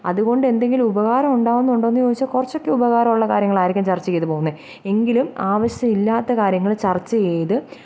അതുകൊണ്ട് എന്തെങ്കിലും ഉപകാരം ഉണ്ടാവുന്നുണ്ടോ എന്ന് ചോദിച്ചാൽ കുറച്ചൊക്കെ ഉപകാരം ഉള്ള കാര്യങ്ങൾ ആയിരിക്കും ചര്ച്ച ചെയ്തു പോവുന്നത് എങ്കിലും ആവിശ്യമില്ലാത്ത കാര്യങ്ങൾ ചര്ച്ച ചെയ്ത്